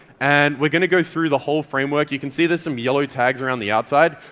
and we're going to go through the whole framework. you can see there's some yellow tags around the outside.